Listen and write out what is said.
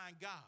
God